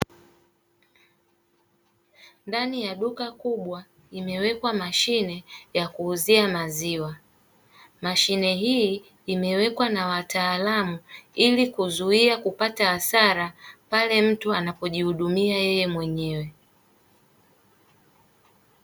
Ndani ya duka kubwa imewekwa mashine ya kuuzia maziwa, mashine hii imewekwa na wataalamu ili kuzuia kupata hasara pale mtu anapojihudumia mwenyewe.